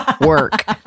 work